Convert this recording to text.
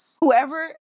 Whoever